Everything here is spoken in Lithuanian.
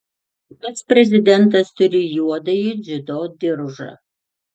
pats prezidentas turi juodąjį dziudo diržą